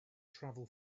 travel